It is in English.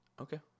Okay